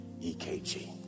EKG